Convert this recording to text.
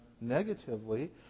negatively